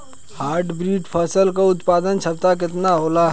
Hybrid फसल क उत्पादन क्षमता केतना होला?